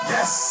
Yes